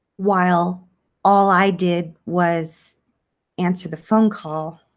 while all i did was answer the phone call